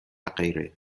غیره